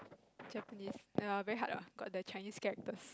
Japanese err very hard lah got the Chinese characters